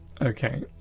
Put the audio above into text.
okay